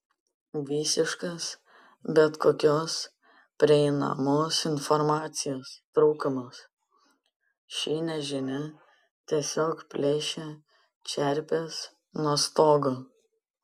visiškas bet kokios prieinamos informacijos trūkumas ši nežinia tiesiog plėšia čerpes nuo stogo